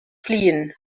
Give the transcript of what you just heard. fliehen